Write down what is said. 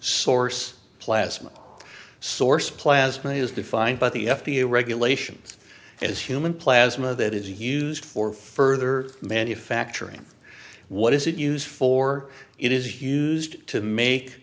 source plasma source plasma is defined by the f d a regulations as human plasma that is used for further manufacturing what is it used for it is used to make